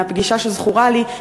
מהפגישה שזכורה לי,